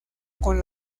con